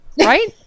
right